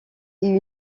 est